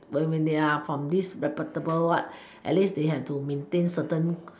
when when they are from this reputable what at least they had to maintain certain